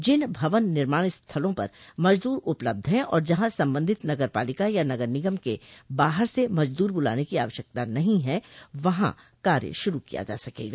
जिन भवन निर्माण स्थला पर मजदूर उपलब्ध हैं और जहां संबंधित नगरपालिका या नगर निगम के बाहर से मजदूर बुलाने की आवश्यकता नहीं है वहां कार्य शुरू किया जा सकेगा